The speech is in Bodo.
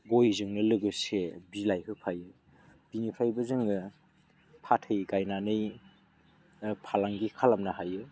गयजोंनो लोगोसे बिलाइ होफायो बिनिफ्रायबो जोङो फाथै गायनानै फालांगि खालामनो हायो